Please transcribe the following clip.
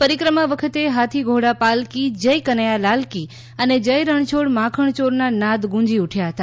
પરિક્રમા વખતે હાથી ઘોડા પાલખી જય કનૈયાલાલ કી અને જય રણછોડ માખણ ચોર ના નાદ ગુંજી ઉઠ્યા હતા